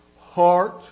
heart